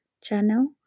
channel